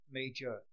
major